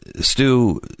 Stu